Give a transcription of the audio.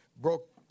broke